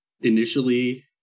initially